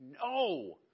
No